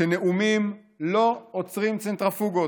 שנאומים לא עוצרים צנטריפוגות.